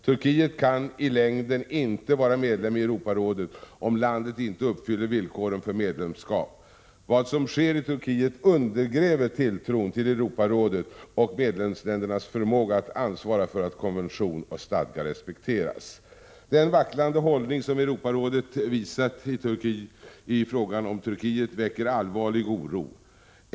Turkiet kan i längden inte vara medlem i Europarådet om landet inte uppfyller villkoren för medlemskap. Vad som sker i Turkiet undergräver tilltron till Europarådet och medlemsländernas förmåga att ansvara för att konvention och stadga respekteras. Den vacklande hållning som Europarådet visat i fråga om Turkiet väcker allvarlig oro.